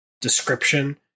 description